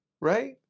right